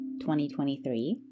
2023